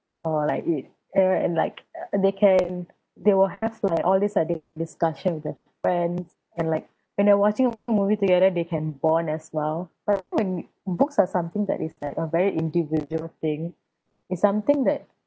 or like and like uh they can they will have all this discussion with their friends and like when they're watching movie together they can bond as well books are something that is like a very individual thing it's something that